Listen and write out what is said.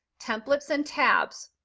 templates and tabs.